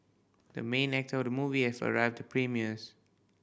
the main actor of the movie has arrived the premieres